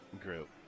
group